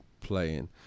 playing